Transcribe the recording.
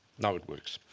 now it works.